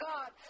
God